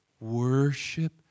Worship